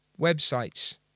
websites